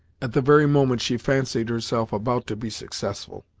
at the very moment she fancied herself about to be successful.